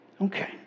okay